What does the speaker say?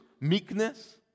meekness